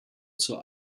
zur